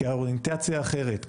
כי האוריינטציה אחרת,